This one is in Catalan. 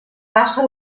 passa